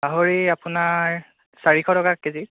গাহৰি আপোনাৰ চাৰিশ টকা কে জি